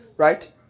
Right